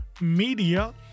media